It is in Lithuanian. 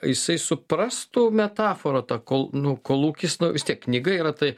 jisai suprastų metaforą tą kol nu kolūkis nu vis tiek knyga yra tai